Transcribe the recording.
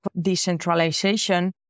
decentralization